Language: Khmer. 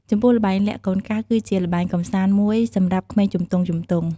ចំពោះល្បែងលាក់កូនកាស គឺជាល្បែងកម្សាន្តមួយសម្រាប់ក្មេងជំទង់ៗ។